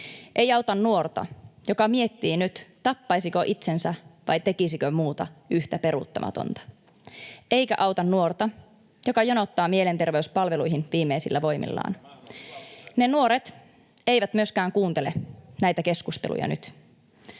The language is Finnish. auta nuorta, joka miettii nyt, tappaisiko itsensä vai tekisikö muuta yhtä peruuttamatonta, eikä auta nuorta, joka jonottaa mielenterveyspalveluihin viimeisillä voimillaan. Ne nuoret eivät myöskään kuuntele näitä keskusteluja nyt.